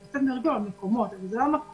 אנחנו מדברים פה על המקומות, אבל זה לא המקום.